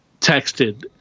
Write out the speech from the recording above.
texted